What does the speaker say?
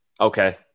Okay